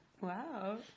Wow